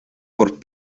por